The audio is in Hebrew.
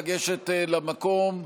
לגשת למקום.